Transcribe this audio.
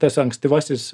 tas ankstyvasis